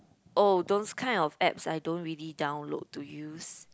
oh those kind of apps I don't really download to use